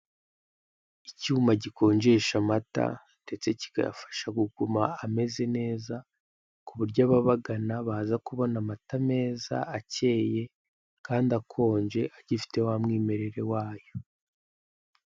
Icyuma gikonjesha amata ndetse kiyafasha kuguma ameze neza, ku buryo ababagana baza kubona amata meza, acyeye kandi akonje agifite wa mwimerere wayo.